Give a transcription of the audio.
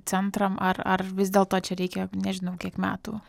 centram ar ar vis dėlto čia reikia nežinau kiek metų